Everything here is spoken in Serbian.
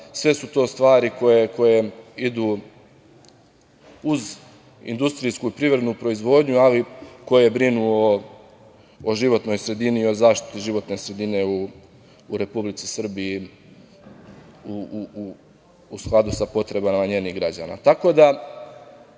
sve su to stvari koje idu uz industrijsku i privrednu proizvodnju, ali koje brinu o životnoj sredini i o zaštiti životne sredine u Republici Srbiji, u skladu sa potrebama njenih građana. Tako